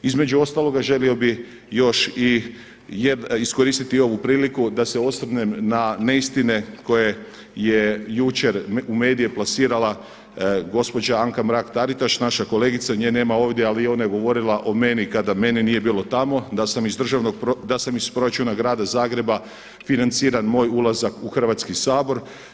Između ostaloga želio bih još iskoristiti ovu priliku da se osvrnem na neistine koje je jučer u medije plasirala gospođa Anka Mrak Taritaš, naša kolegica, nje nema ovdje, ali ona je govorila o meni kada mene nije bilo tamo da sam iz proračuna Grada Zagreba financiran moj ulazak u Hrvatski sabor.